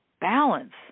balance